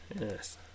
yes